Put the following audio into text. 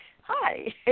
Hi